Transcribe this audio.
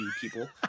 people